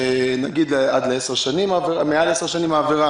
עבירה עד 10 שנים ומעל 10 שנים.